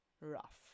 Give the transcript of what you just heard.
rough